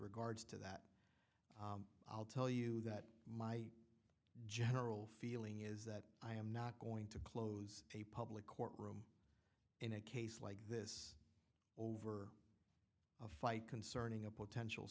regards to that i'll tell you that my general feeling is that i am not going to close a public courtroom in a case like this over a fight concerning a potential